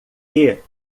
que